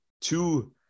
two